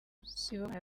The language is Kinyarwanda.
sibomana